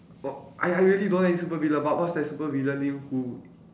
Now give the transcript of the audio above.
oh I I really don't know any super villain but what's that super villain name who